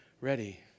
ready